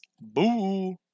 boo